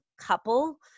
couple